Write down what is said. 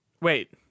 wait